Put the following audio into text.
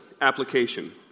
Application